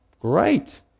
great